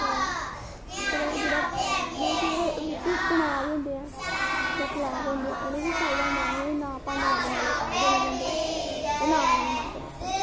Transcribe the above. ते फिर ओह् जेह्ड़ा रुट्टी बना दे होंदे जां खलाऽ दे होंदे उ'नें बी फायदा होंदा उ'नें ना भांडे मांजने आह्ले ई पैहे देने पौंदे ते ना गै उ'नें मांजने पौंदे